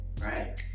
Right